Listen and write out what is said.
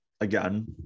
again